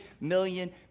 million